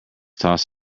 toss